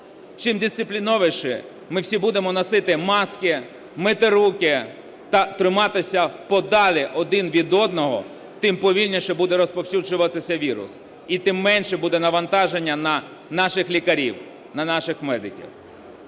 Чим дисциплінованіше ми всі будемо носити маски, мити руки та тримати подалі один від одного, тим повільніше буде розповсюджуватися вірус і тим менше буде навантаження на наших лікарів, на наших медиків.